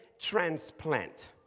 transplant